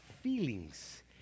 feelings